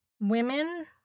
women